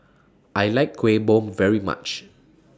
I like Kueh Bom very much